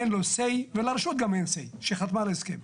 אין לו say ולרשות גם אין say, שחתמה על ההסכם.